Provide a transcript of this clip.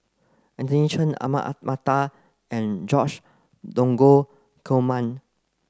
Anthony Chen Ahmad Mattar and George Dromgold Coleman